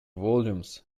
volumes